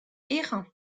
errant